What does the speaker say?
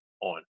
on